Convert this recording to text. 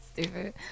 stupid